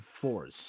force –